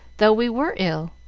though we were ill.